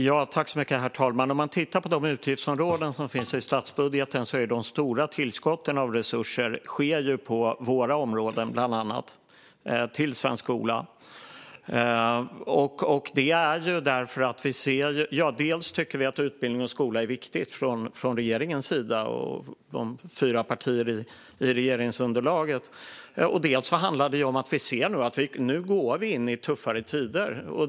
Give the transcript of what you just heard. Herr talman! Om man tittar på de utgiftsområden som finns i statsbudgeten ser man att de stora tillskotten av resurser sker bland annat på våra områden, till svensk skola. Dels tycker regeringen och de fyra partierna i regeringsunderlaget att utbildning och skola är viktigt, dels handlar det om att vi går in i tuffare tider.